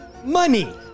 Money